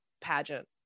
pageant